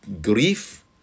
grief